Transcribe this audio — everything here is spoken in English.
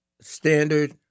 standard